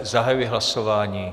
Zahajuji hlasování.